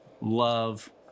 love